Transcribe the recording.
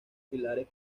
pilares